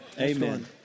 amen